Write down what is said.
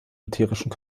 lutherischen